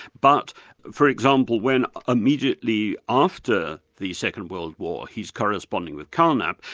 but for example when immediately after the second world war, he's corresponding with carnap,